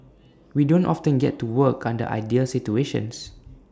we don't often get to work under ideal situations